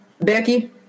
Becky